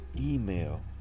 email